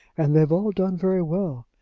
and they've all done very well.